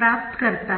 प्राप्त करता है